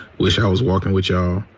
was you know it was working with joe.